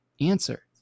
answer